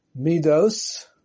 Midos